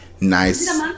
nice